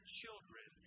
children